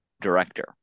director